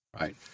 Right